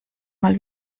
mal